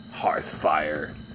Hearthfire